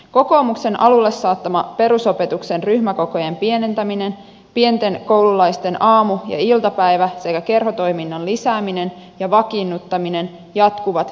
kokoomuksen alulle saattama perusopetuksen ryhmäkokojen pienentäminen pienten koululaisten aamu ja iltapäivä sekä kerhotoiminnan lisääminen ja vakiinnuttaminen jatkuvat kehyskaudella